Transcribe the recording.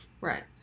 Right